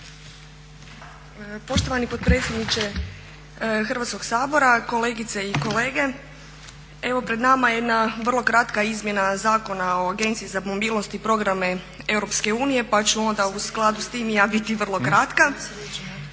Poštovani potpredsjedniče Hrvatskog sabora, kolegice i kolege evo pred nama je jedna vrlo kratka izmjena Zakona o Agenciji za mobilnost i programe EU pa ću onda u skladu s tim i ja biti vrlo kratka.